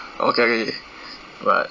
okay wait but